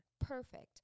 Perfect